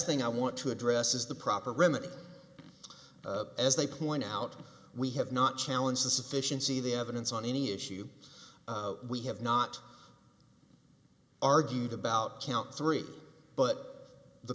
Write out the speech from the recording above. thing i want to address is the proper remedy as they point out we have not challenge the sufficiency the evidence on any issue we have not argued about count three but the